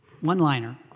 One-liner